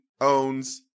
owns